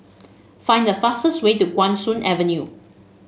find the fastest way to Guan Soon Avenue